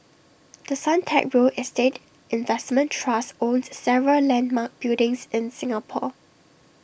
the Suntec real estate investment trust owns several landmark buildings in Singapore